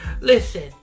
Listen